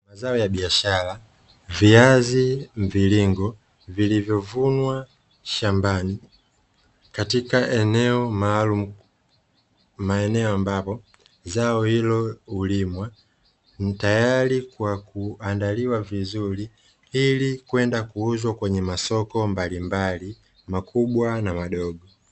Mazao ya biashara, viazi mviringo vilivyovunwa shambani katika eneo maalumu, maeneo ambapo zao hilo hulimwa ni tayari kwa kuandaliwa vizuri ili kwenda kuuzwa kwenye masoko mbalimbali makubwa na madogo.